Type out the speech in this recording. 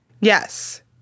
Yes